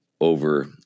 over